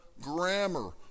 grammar